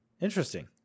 Interesting